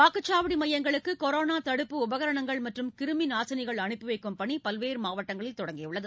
வாக்குச்சாவடி மையங்களுக்கு கொரோனா தடுப்பு உபகரணங்கள் மற்றும் கிருமி நாசினிகள் அனுப்பி வைக்கும் பணி பல்வேறு மாவட்டங்களில் தொடங்கியுள்ளது